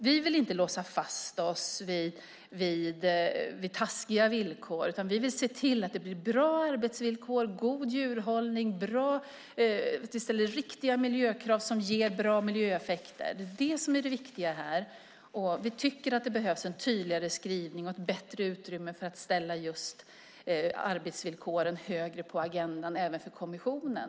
Vi vill inte låsa fast oss vid taskiga villkor utan vi vill se till att det blir bra arbetsvillkor, en god djurhållning och att riktiga miljökrav ställs som ger bra miljöeffekter. Det är det viktiga här. Vi tycker att det behövs en tydligare skrivning och ett bättre utrymme för att sätta arbetsvillkoren högre på agendan även för kommissionen.